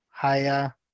haya